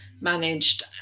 managed